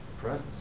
Presence